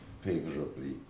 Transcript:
favorably